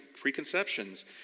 preconceptions